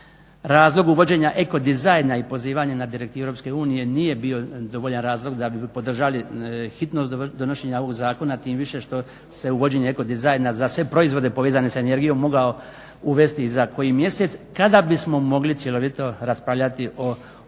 Razlog uvođenja eko dizajna i pozivanja na direktivu EU nije bio dovoljan razlog da bi podržali hitnost donošenja ovog zakona, tim više što se uvođenje eko dizajna za se proizvode povezane s energijom mogao uvesti za koji mjesec kada bismo mogli cjelovito raspravljati o ovome